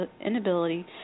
inability